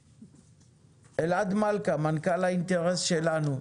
אלעד מלכא, מנכ"ל האינטרס שלנו.